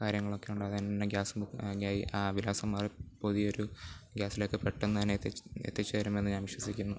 കാര്യങ്ങളൊക്കെയുണ്ട് അത് തന്നെ ഗ്യാസ് ബുക്ക് ആ വിലാസം മാറി പുതിയ ഒരു ഗ്യാസിലേക്ക് പെട്ടെന്ന് തന്നെ എത്തിച്ച് എത്തിച്ച് തരുമെന്ന് ഞാൻ വിശ്വസിക്കുന്നു